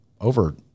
over